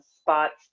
spots